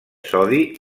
sodi